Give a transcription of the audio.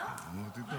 אמרתי טוב.